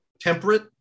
temperate